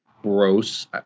Gross